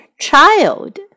Child